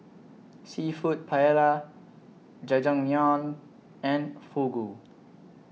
Seafood Paella Jajangmyeon and Fugu